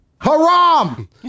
Haram